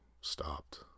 stopped